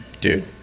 Dude